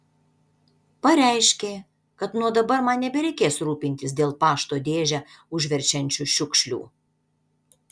pareiškė kad nuo dabar man nebereikės rūpintis dėl pašto dėžę užverčiančių šiukšlių